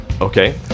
Okay